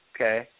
okay